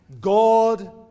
God